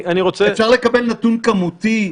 אפשר לקבל נתון כמותי,